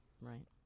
right